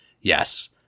Yes